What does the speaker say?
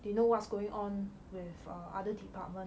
they know what's going on with err other department